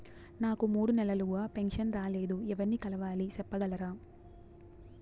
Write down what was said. నాకు మూడు నెలలుగా పెన్షన్ రాలేదు ఎవర్ని కలవాలి సెప్పగలరా?